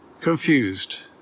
confused